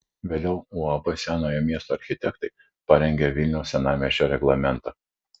vėliau uab senojo miesto architektai parengė vilniaus senamiesčio reglamentą